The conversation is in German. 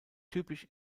typisch